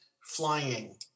flying